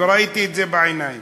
וראיתי את זה בעיניים.